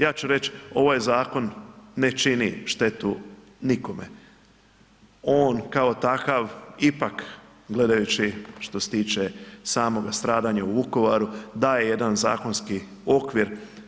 Ja ću reći ovaj zakon ne čini štetu nikome, on kao takav ipak gledajući što se tiče samoga stradanja u Vukovaru daje jedan zakonski okvir.